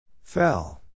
Fell